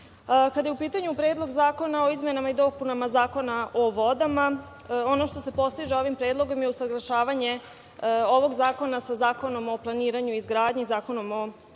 kada je u pitanju Predlog zakona o izmenama i dopunama Zakona o vodama, ono što se postiže ovim predlogom je usaglašavanje ovog zakona sa Zakonom o planiranju i izgradnji, Zakonom o